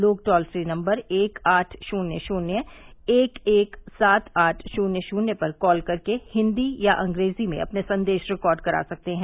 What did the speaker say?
लोग toll free number एक आठ शून्य शून्य एक एक सात आठ शून्य शून्य पर कॉल करके हिन्दी या अंग्रेजी में अपने संदेश रिकॉर्ड करा सकते हैं